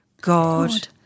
God